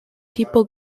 people